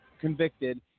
convicted